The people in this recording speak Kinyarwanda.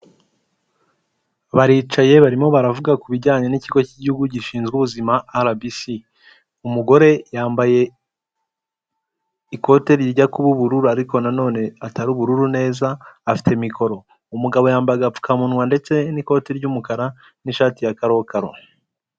Baricaye barimo baravuga ku bijyanye n'ikigo cy'igihugu gishinzwe ubuzima arabisi, umugore yambaye ikote rijya kuba ubururu ariko na none atari ubururu neza afite mikoro, umugabo yambaye agapfukamunwa ndetse n'ikoti ry'umukara n'ishati ya karokaro.